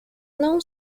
known